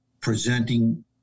presenting